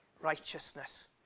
righteousness